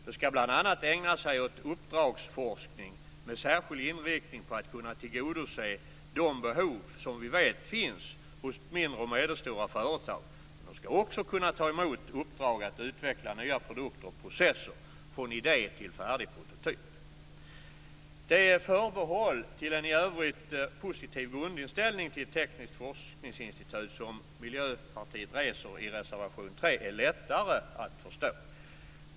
Det skall bl.a. ägna sig åt uppdragsforskning, med särskild inriktning på att kunna tillgodose de behov som vi vet finns hos mindre och medelstora företag. Men det skall också kunna ta emot uppdrag att utveckla nya produkter och processer från idé till färdig prototyp. De förbehåll till en i övrigt positiv grundinställning till ett tekniskt forskningsinstitut som Miljöpartiet reser i reservation 3 är lättare att förstå.